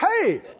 Hey